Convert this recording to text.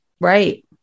Right